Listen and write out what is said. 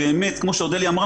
כמו שאודליה אמרה,